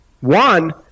one